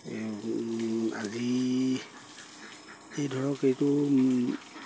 আজি সেই ধৰক এইটো